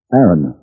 Aaron